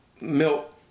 milk